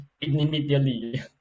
immediately